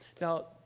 Now